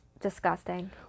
disgusting